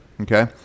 Okay